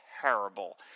terrible